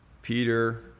Peter